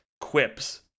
quips